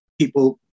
people